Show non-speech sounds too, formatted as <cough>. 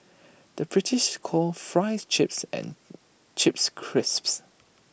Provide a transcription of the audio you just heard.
the British calls Fries Chips and <hesitation> Chips Crisps